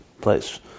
place